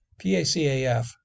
PACAF